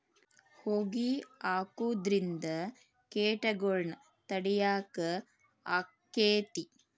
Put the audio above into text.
ಹೊಗಿ ಹಾಕುದ್ರಿಂದ ಕೇಟಗೊಳ್ನ ತಡಿಯಾಕ ಆಕ್ಕೆತಿ?